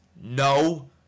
No